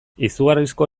izugarrizko